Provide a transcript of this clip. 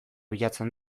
bilatzen